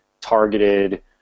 targeted